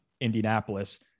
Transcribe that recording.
Indianapolis